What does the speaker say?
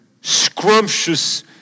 scrumptious